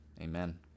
Amen